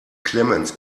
clemens